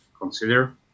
consider